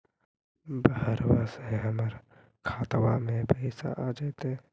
बहरबा से हमर खातबा में पैसाबा आ जैतय?